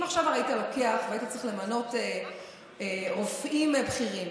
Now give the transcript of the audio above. אם היית צריך עכשיו למנות רופאים בכירים,